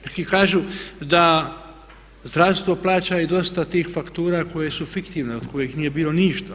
Neki kažu da zdravstvo plaća i dosta tih faktura koje su fiktivne, od kojih nije bilo ništa.